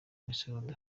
misoro